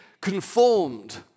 conformed